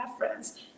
reference